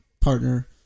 partner